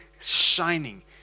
shining